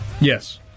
Yes